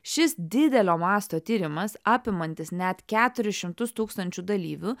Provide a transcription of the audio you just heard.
šis didelio masto tyrimas apimantis net keturis šimtus tūkstančių dalyvių